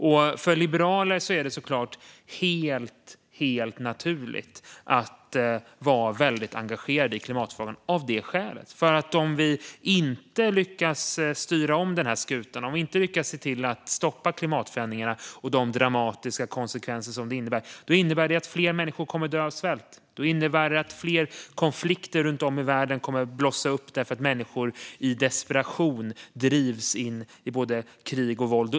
För oss liberaler är det såklart helt naturligt att vara mycket engagerade i klimatfrågan. Om vi inte lyckas styra om skutan, om vi inte lyckas stoppa klimatförändringarna och de dramatiska konsekvenser som de innebär, kommer fler människor att dö av svält. Fler konflikter kommer att blossa upp runt om i världen därför att människor i desperation drivs in i krig och våld.